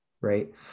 right